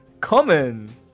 common